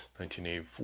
1984